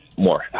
more